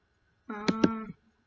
oh